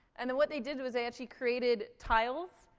and then what they did was they actually created tiles,